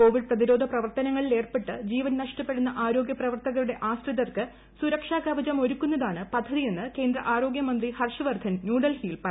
Covid പ്രതിരോധ പ്രവർത്തനങ്ങളിൽ ഏർപ്പെട്ട് ജീവൻ നഷ്ട പ്പെടുന്ന ആരോഗ്യ പ്രവർത്തകരുടെ ആശ്രിതർക്ക് സുരക്ഷാ കവചമൊരുക്കുന്നതാണ് പദ്ധതിയെന്ന് കേന്ദ്ര ആരോഗ്യമന്ത്രി ഹർഷ് വർധൻ ന്യൂഡൽഹിയിൽ പറഞ്ഞു